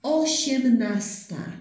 osiemnasta